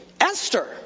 Esther